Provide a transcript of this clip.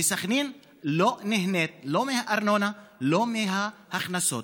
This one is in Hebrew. וסח'נין לא נהנית לא מהארנונה ולא מההכנסות.